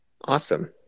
awesome